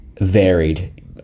varied